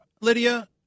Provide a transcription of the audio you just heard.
Lydia